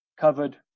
covered